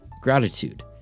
gratitude